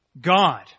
God